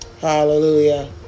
Hallelujah